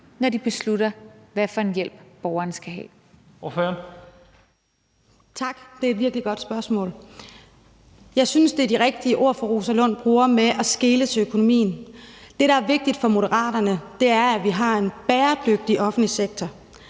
Lahn Jensen): Ordføreren. Kl. 11:51 Rosa Eriksen (M): Tak. Det er virkelig et godt spørgsmål. Jeg synes, det er de rigtige ord, fru Rosa Lund bruger, med at skele til økonomien. Det, der er vigtigt for Moderaterne, er, at vi har en bæredygtig offentlig sektor,